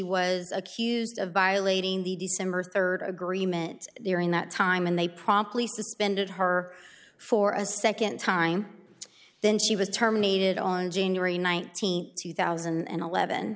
was accused of violating the december third agreement there in that time and they promptly suspended her for a second time then she was terminated on january nineteenth two thousand and eleven